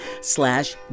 slash